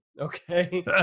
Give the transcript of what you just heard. Okay